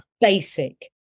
basic